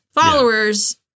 followers